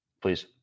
please